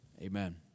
Amen